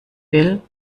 will